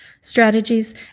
strategies